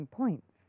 points